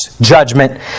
judgment